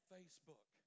Facebook